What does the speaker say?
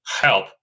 help